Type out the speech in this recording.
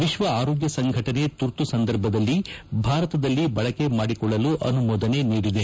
ವಿಕ್ಷ ಆರೋಗ್ಯ ಸಂಘಟನೆ ತುರ್ತು ಸಂದರ್ಭದಲ್ಲಿ ಭಾರತದಲ್ಲಿ ಬಳಕೆ ಮಾಡಿಕೊಳ್ಳಲು ಅನುಮೋದನೆ ನೀಡಿದೆ